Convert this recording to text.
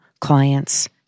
clients